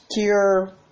cure